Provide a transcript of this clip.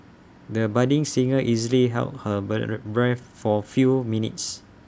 the budding singer easily held her breath for feel minutes